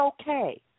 okay